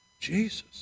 Jesus